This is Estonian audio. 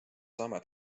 saame